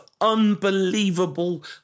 unbelievable